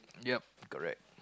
yup correct